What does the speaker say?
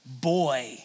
boy